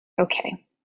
Okay